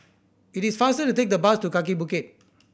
it is faster to take the bus to Kaki Bukit